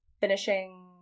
Finishing